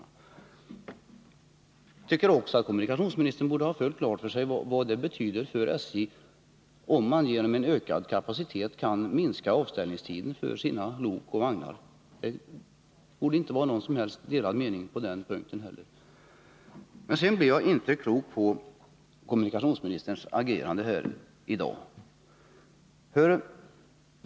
Jag tycker också att kommunikationsministern borde ha klart för sig vad det betyder för SJ om man genom en ökad kapacitet kan minska avställningstiden för sina lok och vagnar. Det borde inte råda några som helst delade meningar på den punkten. Men sedan blev jag inte klok på kommunikationsministerns agerande i dag.